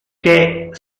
que